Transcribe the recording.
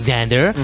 Xander